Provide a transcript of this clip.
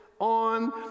on